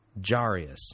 Jarius